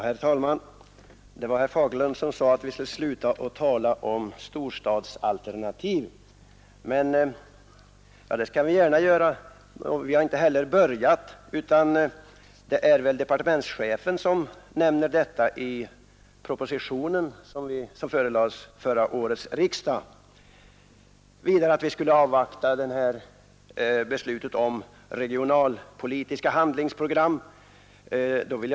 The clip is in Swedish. Herr talman! Herr Fagerlund sade att vi borde sluta tala om storstadsalternativ. Det skall vi gärna göra, och vi har heller inte börjat. Det var väl departementschefen som nämnde dem i propositionen till förra årets riksdag. Vidare borde vi avvakta beslutet om regionalpolitiska handlingsprogram, sade herr Fagerlund.